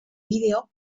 vídeo